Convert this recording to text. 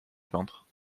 peintre